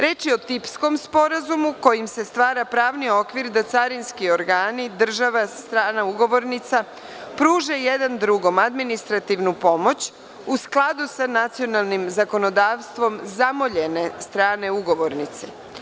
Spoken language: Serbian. Reč je o tipskom sporazumu kojim se stvara pravni okvir da carinski organi, država, strane ugovornice pruže jedni drugima administrativnu pomoć u skladu sa nacionalnim zakonodavstvom zamoljene strane ugovornice.